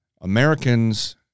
Americans